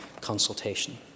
consultation